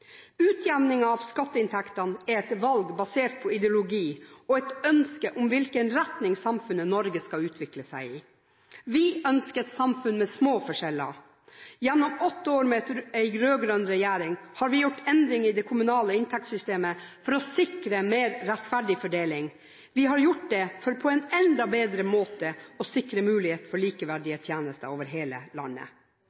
Utjevningen av skatteinntektene er et valg basert på ideologi og et ønske om i hvilken retning samfunnet Norge skal utvikle seg. Vi ønsker et samfunn med små forskjeller. Gjennom åtte år med en rød-grønn regjering har vi gjort endringer i det kommunale inntektssystemet for å sikre en mer rettferdig fordeling. Det har vi gjort for på en enda bedre måte å sikre muligheten for